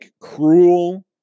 cruel